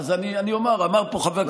אז אני אומר: אמר פה חבר הכנסת שוסטר,